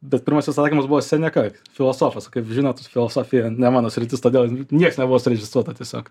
bet pirmasis atsakymas buvo seneka filosofas kaip žinot filosofija ne mano sritis todėl nieks nebuvo surežisuota tiesiog